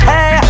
Hey